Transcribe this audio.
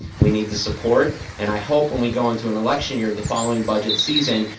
we need the support, and i hope when we go into an election year the following budget season,